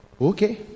okay